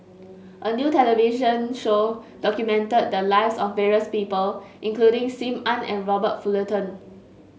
a new television show documented the lives of various people including Sim Ann and Robert Fullerton